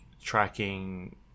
tracking